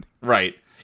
Right